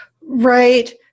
Right